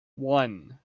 one